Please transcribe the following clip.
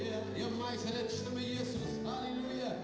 yeah yeah